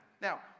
Now